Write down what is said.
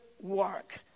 work